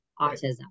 autism